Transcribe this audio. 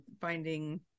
finding